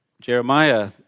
Jeremiah